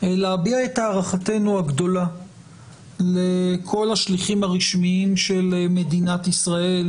להביע את הערכתנו הגדולה לכל השליחים הרשמיים של מדינת ישראל,